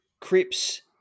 Crips